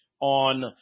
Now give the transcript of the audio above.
on